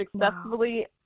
successfully